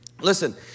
Listen